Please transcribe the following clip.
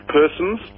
persons